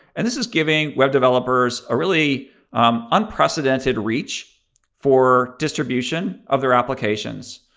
and this is giving web developers a really unprecedented reach for distribution of their applications.